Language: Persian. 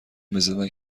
میزدن